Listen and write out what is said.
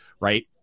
right